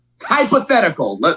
hypothetical